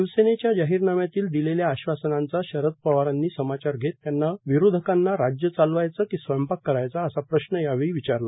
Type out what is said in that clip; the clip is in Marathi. शिवसेनेच्या जाहीरनाम्यातील दिलेल्या आश्वासनांचा शरद पवारांनी समाचार घेत त्यांनी विरोधकांना राज्य चालवायच की स्वयंपाक करायचा असा प्रश्न यावेळी विचारला